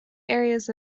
areas